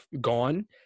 gone